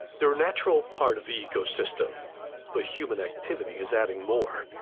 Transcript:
they're a natural part of the ecosystem but human activity is adding more.